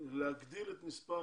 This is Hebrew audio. להגדיל את מספר